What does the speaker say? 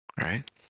Right